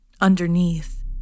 Underneath